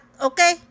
Okay